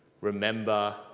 remember